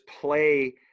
play